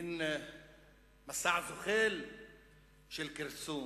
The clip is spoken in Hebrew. מין מסע זוחל של כרסום,